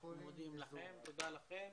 אנחנו מודים לכם ונועלים את הישיבה.